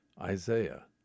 Isaiah